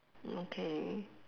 okay